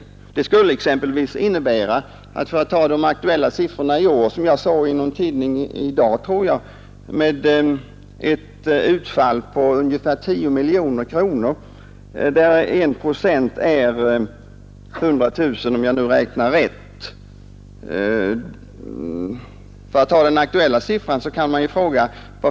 Jag kan visa med ett exempel vad det skulle innebära på de i år aktuella siffrorna. Jag såg i någon tidning i dag att utfallet är ungefär 10 miljoner kronor, och 1 procent av det blir 100 000 kronor, om jag nu räknar rätt.